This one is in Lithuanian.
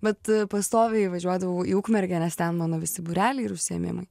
bet pastoviai važiuodavau į ukmergę nes ten mano visi būreliai ir užsiėmimai